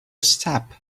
step